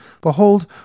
Behold